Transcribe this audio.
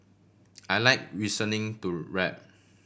I like listening to rap